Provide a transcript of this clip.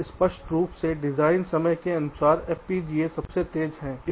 और स्पष्ट रूप से डिजाइन समय के अनुसार FPGA सबसे तेज है